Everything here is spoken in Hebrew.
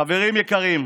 חברים יקרים,